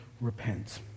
repent